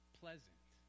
pleasant